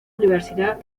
universidad